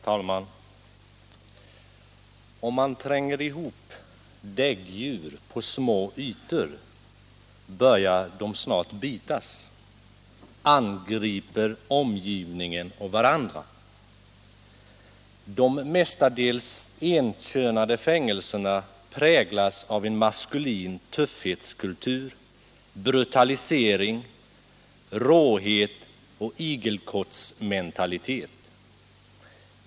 Herr talman! ”Om man tränger ihop däggdjur på små ytor börjar de snart bitas, angriper omgivningen och varandra. De mestadels enkönade fängelserna präglas av en maskulin tuffhetskultur, brutalisering, råhet och igelkoumentalitet.